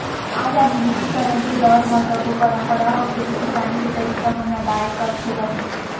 आज आधुनिकीकरन के दौर म सब्बो परंपरा अउ खेती किसानी के तरीका मन नंदाए कस हो गए हे